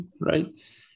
Right